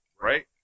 right